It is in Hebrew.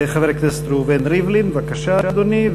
חבר הכנסת ראובן ריבלין, בבקשה, אדוני.